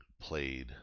played